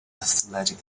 athletic